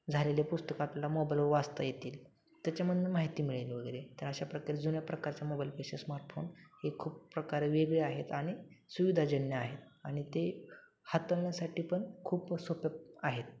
झालेले पुस्तकातला मोबाईलवर वाचता येतील त्याच्यामधनं माहिती मिळेल वगैरे तर अशा प्रकारे जुन्या प्रकारच्या मोबाईल पेक्षा स्मार्टफोन हे खूप प्रकारे वेगळे आहेत आणि सुविधाजन्य आहेत आणि ते हाताळण्यासाठी पण खूप सोपे आहेत